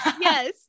Yes